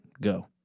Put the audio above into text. go